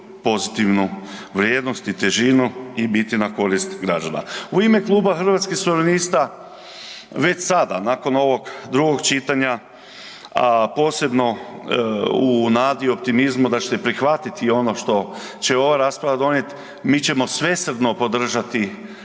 pozitivnu vrijednost i težinu i biti na korist građana. U ime Kluba Hrvatskih suverenista već sad nakon ovog drugog čitanja, a posebno u nadi, optimizmu da ćete prihvatiti i ono što će ova rasprava donijeti, mi ćemo svesrdno podržati